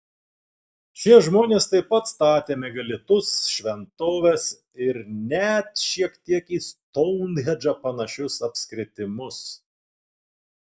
šie žmonės taip pat statė megalitus šventoves ir net šiek tiek į stounhendžą panašius apskritimus